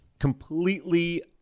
completely